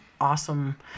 awesome